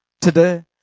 today